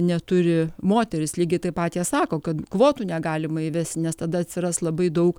neturi moterys lygiai taip pat jie sako kad kvotų negalima įvest nes tada atsiras labai daug